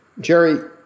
Jerry